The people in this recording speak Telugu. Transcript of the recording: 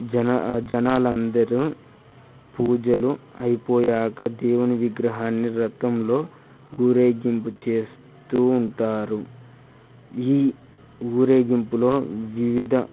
జన జనాలందరూ పూజలు అయిపోయాక దేవుని విగ్రహాన్ని రథంలో ఊరేగింపు చేస్తూ ఉంటారు ఈ ఊరేగింపులో వివిధ